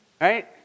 Right